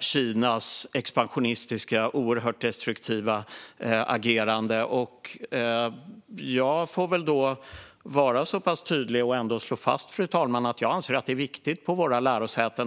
Kinas expansionistiska, oerhört destruktiva agerande. Jag får väl då vara tydlig, fru talman, och slå fast att jag anser att det här är viktigt för våra lärosäten.